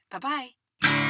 bye-bye